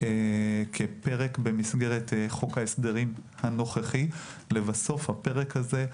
כפרק במסגרת חוק ההסדרים הנוכחי, לבסוף הפרק הזה,